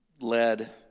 led